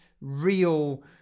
real